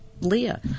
Leah